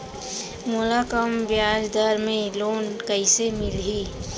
मोला कम ब्याजदर में लोन कइसे मिलही?